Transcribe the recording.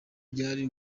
byari